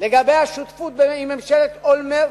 לגבי השותפות עם ממשלת אולמרט,